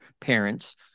parents